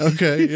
Okay